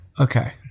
Okay